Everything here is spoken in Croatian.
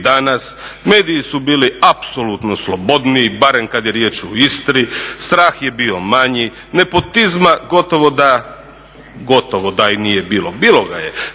danas, mediji su bili apsolutno slobodniji barem kad je riječ o Istri, strah je bio manji, nepotizma gotovo da i nije bilo, bilo ga je